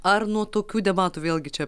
ar nuo tokių debatų vėlgi čia